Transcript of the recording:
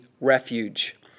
refuge